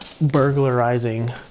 burglarizing